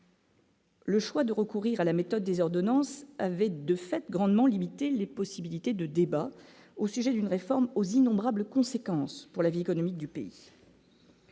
Le choix de recourir à la méthode des ordonnances avaient de fait grandement limiter les possibilités de débat au sujet d'une réforme aux innombrables conséquences pour la vie économique du pays.